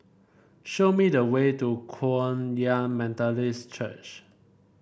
show me the way to Kum Yan Methodist Church